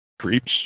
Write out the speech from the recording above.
creeps